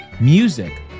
music